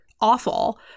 awful